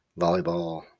volleyball